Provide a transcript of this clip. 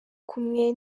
kumwe